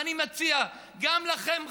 ואני מציע גם לכם,